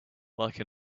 like